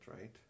right